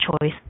choice